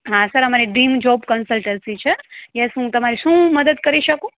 હા સર અમારી dream job consultancy છે યસ હું તમારી શું મદદ કરી શકું